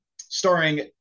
starring